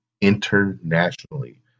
internationally